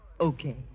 Okay